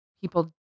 people